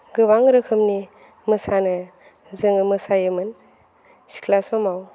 गोबां रोखोमनि मोसानो जोङो मोसायोमोन सिख्ला समाव